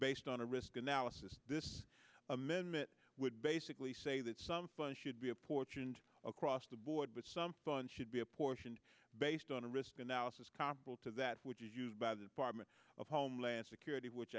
based on a risk analysis this amendment would basically say that some funds should be apportioned across the board but some funds should be apportioned based on a risk analysis comparable to that which is used by the department of homeland security which